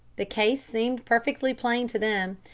the case seemed perfectly plain to them.